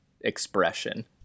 expression